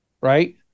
Right